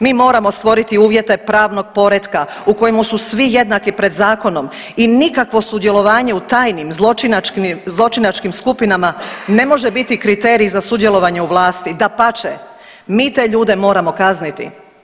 Mi moramo stvoriti uvjete pravnog poretka u kojemu su svi jednaki pred zakonom i nikakvo sudjelovanje u tajnim zločinačkim skupinama ne može biti kriterij za sudjelovanje u vlasti, dapače mi te ljude moramo kazniti.